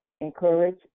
encourage